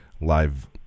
live